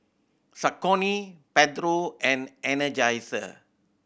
Saucony Pedro and Energizer